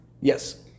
Yes